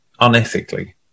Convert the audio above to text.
unethically